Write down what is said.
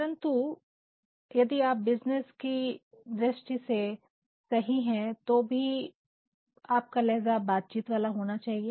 परंतु यदि आप बिज़नेस दृष्टि से सही हैं तो भी आप का लहजा बातचीत वाला होना चाहिए